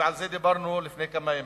ועל זה דיברנו לפני כמה ימים,